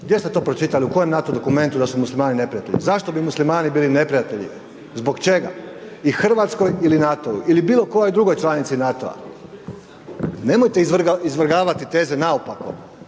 Gdje ste to pročitali, u kojem NATO dokumentu da su muslimani neprijatelji? Zašto bi muslimani bili neprijatelji? Zbog čega? I Hrvatskoj ili NATO-u ili bilo kojoj drugoj članici NATO-a. Nemojte izvrgavati teze naopako.